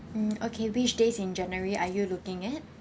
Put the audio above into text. mm okay which days in january are you looking at